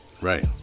Right